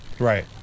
Right